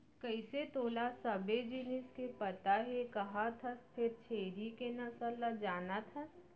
कइसे तोला सबे जिनिस के पता हे कहत हस फेर छेरी के नसल ल जानत हस?